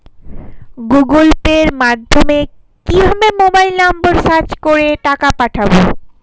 Google pay মাধ্যমে কিভাবে mobile number search করে টাকা পাঠাবো?